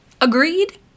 Agreed